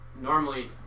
normally